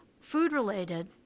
food-related